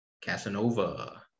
Casanova